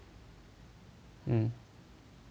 mm